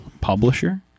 publisher